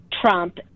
Trump